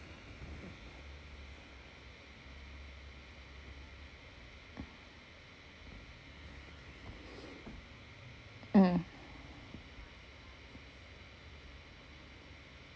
mm